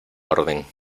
orden